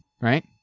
right